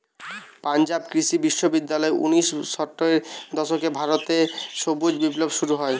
পাঞ্জাব কৃষি বিশ্ববিদ্যালয় উনিশ শ ষাটের দশকে ভারত রে সবুজ বিপ্লব শুরু করে